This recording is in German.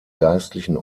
geistlichen